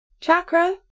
Chakra